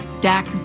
Dak